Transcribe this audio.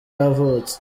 yavutse